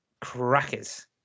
crackers